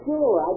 Sure